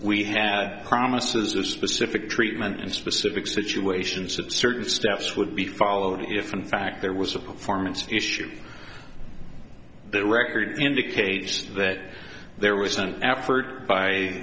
we had promises of specific treatment in specific situations that certain steps would be followed if in fact there was a performance issue the record indicates that there was an effort by